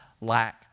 lack